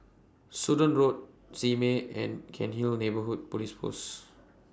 Sudan Road Simei and Cairnhill Neighbourhood Police Post